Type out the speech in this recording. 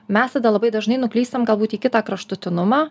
mes tada labai dažnai nuklystam galbūt į kitą kraštutinumą